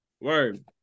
Word